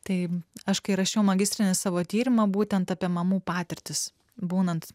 tai aš kai rašiau magistrinį savo tyrimą būtent apie mamų patirtis būnant